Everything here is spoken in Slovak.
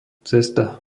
cesta